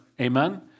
amen